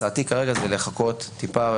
הצעתי כרגע היא לחכות טיפה,